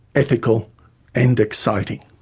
ethical and exciting?